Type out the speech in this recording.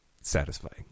satisfying